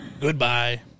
Goodbye